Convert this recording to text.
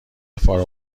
فارغ